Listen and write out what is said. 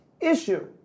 issue